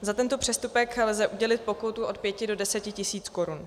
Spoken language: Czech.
Za tento přestupek lze udělit pokutu od pěti do deseti tisíc korun.